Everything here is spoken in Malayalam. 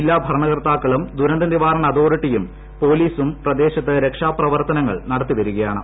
ജില്ലാ ഭരണകർത്താക്കളും ദുരന്ത നിവാരണ അതോറിറ്റിയും പൊലീസും പ്രദേശത്ത് രക്ഷാപ്രവർത്തനങ്ങൾ നടത്തി വരികയാണ്ട്